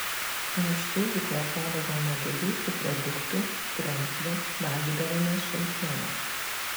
anksčiau juk vartodavome daugiau subproduktų kremzlių valgydavome šaltienas